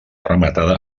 rematada